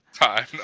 Time